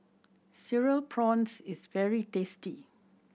Cereal Prawns is very tasty